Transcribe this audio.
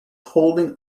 holding